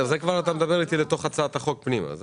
כאן אתה מדבר כבר אל תוך הצעת החוק פנימה.